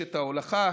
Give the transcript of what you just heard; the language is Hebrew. ברשת ההולכה,